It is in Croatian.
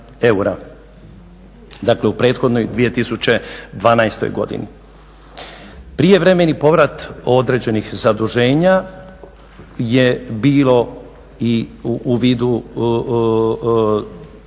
dakle u prethodnoj 2012. godini. Prijevremeni povrat određenih zaduženja je bilo i u vidu,